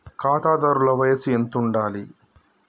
ఖాతాదారుల వయసు ఎంతుండాలి?